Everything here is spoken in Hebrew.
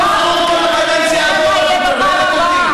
נאום אחרון כאן בקדנציה הזאת ואת מטרללת אותי?